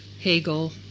Hegel